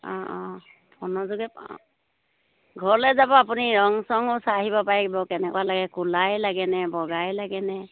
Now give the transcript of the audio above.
অঁ অঁ ফোনৰ যোগে অঁ ঘৰলৈ যাব আপুনি ৰং চঙো চাই আহিব পাৰিব কেনেকুৱা লাগে কলাই লাগেনে বগাই লাগেনে